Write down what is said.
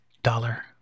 dollar